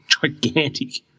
gigantic